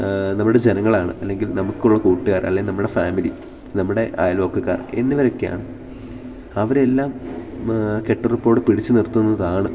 നമ്മുടെ ജനങ്ങളാണ് അല്ലെങ്കിൽ നമുക്കുള്ള കൂട്ടുകാർ അല്ലെങ്കിൽ നമ്മുടെ ഫാമിലി നമ്മുടെ ആയല്പക്കക്കാർ എന്നിവരൊക്കെയാണ് അവരെല്ലാം കെട്ടുറപ്പോടെ പിടിച്ചു നിർത്തുന്നതാണ്